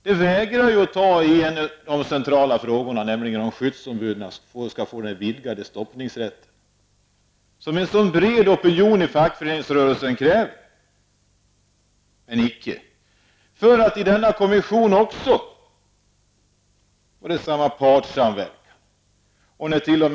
Man vägrar ta i en av de centrala frågorna, nämligen om skyddsombuden skall få den vidgade stoppningsrätten, vilket en bred opinion inom fackföreningsrörelsen kräver. Men icke! I denna kommission talar man också om samma partssamverkan.